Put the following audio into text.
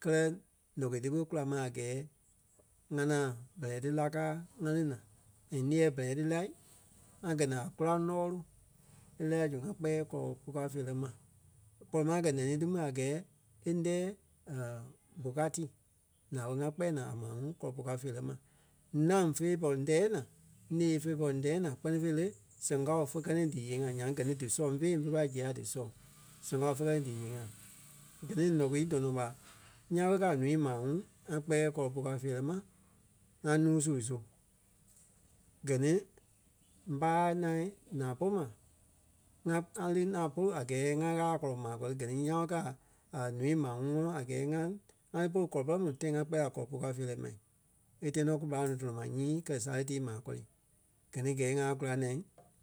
kɛlɛ lɔki ti ɓé kula ma a gɛɛ ŋá ŋaŋ bɛrɛ ti lá káa ŋá lí naa. And ńiɛɛ bɛrɛ ti lai ŋá gɛ́ naa a góraŋ lɔɔlu e lɛ́ɛ la zu ŋa kpɛɛ kɔlɔ puu káo feerɛ ma. Pɔri ma e kɛ̀ ǹɛni ti ma a gɛ e ńdɛɛ Bokati naa ɓé ŋá kpɛɛ naa a maa ŋuŋ kɔlɔ puu káo feerɛ ma. Ńâŋ fé pɔri ńdɛɛ naa, ńee fé pɔri ńdɛɛ naa kpɛ́ni fêi le, sɛŋ kao fe kɛ ni díyee-ŋa nyaŋ gɛ ni dísɔŋ fêi ḿve pai zîɣe a dísɔŋ. Sɛŋ kao fe kɛ ni díyee-ŋa. Gɛ ni luki tɔnɔ ńyãa ɓé kɛ́ a ǹúu maa ŋuŋ ŋa kpɛɛ kɔlɔ puu kao feerɛ ma, ŋá nuu su soŋ. Gɛ ni ḿbaa ŋaŋ naa pôlu ma ŋa- ŋa lí ŋaŋ polu a gɛɛ ŋá Ɣâla kɔlɔ maa kɔri gɛ ni ńyãa ɓe kaa ǹúui maa ŋuŋ ŋɔnɔ a gɛɛ ŋa ŋá li polu kɔlɔ pɔrɔŋ mu tãi ŋa kpɛɛ la kɔlɔ puu káo feerɛ ma. E tɛɛ nɔ kú marâŋ nuu tɔnɔ ma nyii kɛ̀ sale tii maa kɔri. Gɛ ni gɛɛ na kula naa